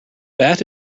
bat